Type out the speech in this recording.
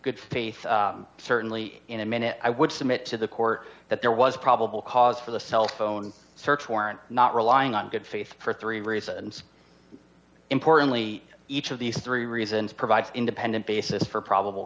good faith certainly in a minute i would submit to the court that there was probable cause for the cell phone search warrant not relying on good faith for three reasons importantly each of these three reasons provides independent basis for probable